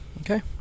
Okay